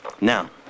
now